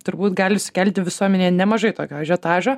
turbūt gali sukelti visuomenėje nemažai tokio ažiotažo